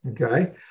Okay